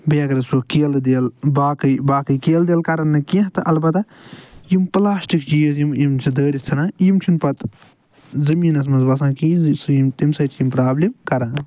بییٚہٕ اگر سُہ کیلہٕ دٮ۪ل باقٕے باقٕے کیلہٕ دٮ۪ل کَرن نہٕ کیٚنٛہہ تہٕ البتہٕ یِم پُلاسٹِک چیٖز یِم یِم چھِ دٲرتھ ژھُنان یِم چھِ نہٕ پتہٕ زمیٖنس منٛز وسان کہیٖنٛۍ سُہ تَمہِ سۭتۍ چھِ یِم پرٛابلِم کَران